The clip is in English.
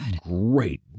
great